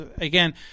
Again